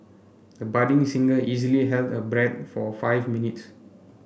the budding singer easily held her breath for five minutes